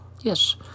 Yes